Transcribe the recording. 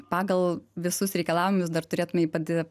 pagal visus reikalavimus dar turėtumei pati